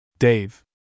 Dave